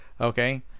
okay